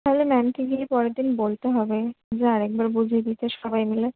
তাহলে ম্যামকে গিয়ে পরের দিন বলতে হবে যে আর একবার বুঝিয়ে দিতে সবাই মিলে